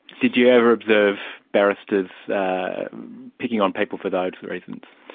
did you ever observe barristers picking on people for those reasons?